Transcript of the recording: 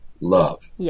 love